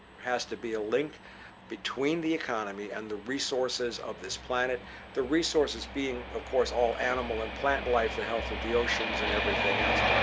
has to be a link between the economy and the resources of this planet the resources being course, all animal and plant life, the health of the oceans and everything else.